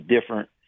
different